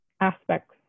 aspects